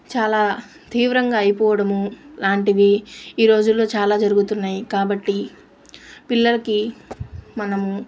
చాలా తీవ్రంగా అయిపోవడము లాంటివి ఈ రోజుల్లో చాలా జరుగుతున్నాయి కాబట్టి పిల్లలకి మనము